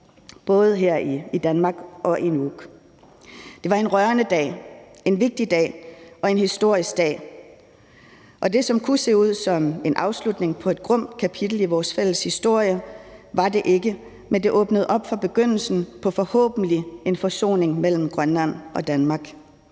både her i Danmark og i Nuuk. Det var en rørende dag, en vigtig dag og en historisk dag. Og det, som kunne se ud som en afslutning på et grumt kapitel i vores fælles historie, var det ikke, men det åbnede op for begyndelsen på forhåbentlig en forsoning mellem Grønland og Danmark.